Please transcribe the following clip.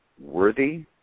worthy